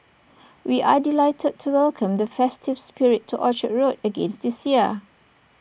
we are delighted to welcome the festive spirit to Orchard road again this year